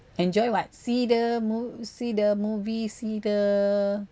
enjoy [what] see the mov~ see the movie see the